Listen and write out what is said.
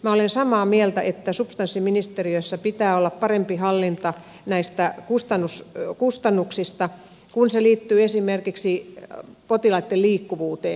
minä olen samaa mieltä että substanssiministeriössä pitää olla parempi hallinta näistä kustannuksista kun se liittyy esimerkiksi potilaitten liikkuvuuteen